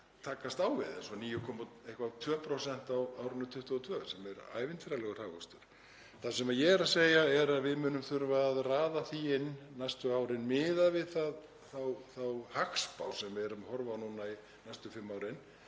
takast á við, einhver 9,2% á árinu 2022 sem er ævintýralegur hagvöxtur. Það sem ég er að segja er að við munum þurfa að raða því inn næstu árin miðað við þá hagspá sem við erum að horfa á núna næstu fimm árin,